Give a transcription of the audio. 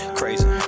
crazy